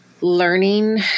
learning